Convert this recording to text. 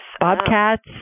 bobcats